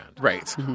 right